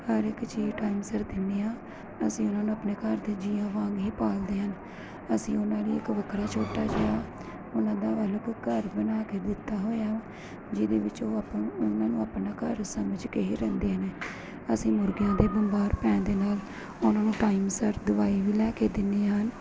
ਹਰ ਇੱਕ ਚੀਜ਼ ਟਾਈਮ ਸਿਰ ਦਿੰਦੇ ਹਾਂ ਅਸੀਂ ਉਹਨਾਂ ਨੂੰ ਆਪਣੇ ਘਰ ਦੇ ਜੀਆਂ ਵਾਂਗ ਹੀ ਪਾਲਦੇ ਹਨ ਅਸੀਂ ਉਹਨਾਂ ਲਈ ਇੱਕ ਵੱਖਰਾ ਛੋਟਾ ਜਿਹਾ ਉਹਨਾਂ ਦਾ ਅਲੱਗ ਘਰ ਬਣਾ ਕੇ ਦਿੱਤਾ ਹੋਇਆ ਵਾ ਜਿਹਦੇ ਵਿੱਚ ਉਹ ਆਪਾਂ ਨੂੰ ਉਹ ਨੂੰ ਆਪਣਾ ਘਰ ਸਮਝ ਕੇ ਹੀ ਰਹਿੰਦੇ ਨੇ ਅਸੀਂ ਮੁਰਗਿਆਂ ਦੇ ਬਿਮਾਰ ਪੈਣ ਦੇ ਨਾਲ ਉਹਨਾਂ ਨੂੰ ਟਾਈਮ ਸਿਰ ਦਵਾਈ ਵੀ ਲੈ ਕੇ ਦਿੰਦੇ ਹਨ